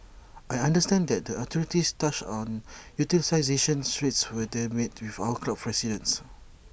I understand that the authorities touched on utilisation rates when they met with our club's presidents